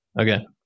Okay